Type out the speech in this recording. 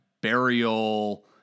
burial